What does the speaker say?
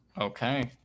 Okay